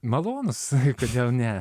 malonūs kodėl ne